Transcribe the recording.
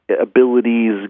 abilities